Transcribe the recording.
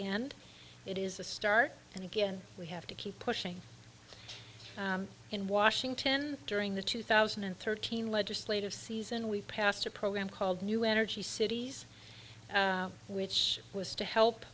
end it is a start and again we have to keep pushing in washington during the two thousand and thirteen legislative season we passed a program called new energy cities which was to help